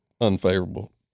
unfavorable